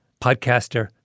podcaster